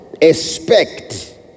expect